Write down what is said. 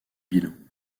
bilan